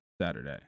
Saturday